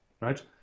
right